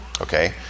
Okay